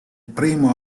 primo